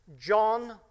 John